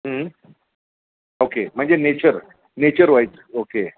okay म्हणजे nature naturewise okay